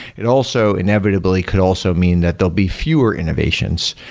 it also inevitably could also mean that they'll be fewer innovations.